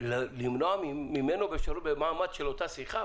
למנוע ממנו את האפשרות במעמד של אותה שיחה?